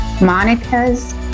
Monica's